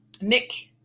Nick